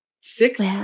Six